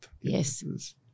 Yes